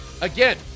Again